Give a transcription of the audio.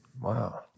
Wow